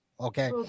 okay